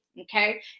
okay